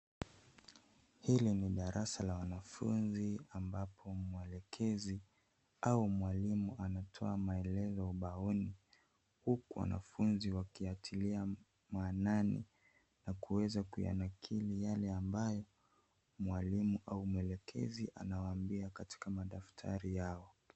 Hili ni darasa la wanafunzi ambapo mwelekezi au mwalimu anatoa maelezo ubaoni huku wanafunzi wakiyatilia maanani na kuweza kuyanakili yale ambayo mwalimu au mwelekezi anawaambia katika madaftari yao.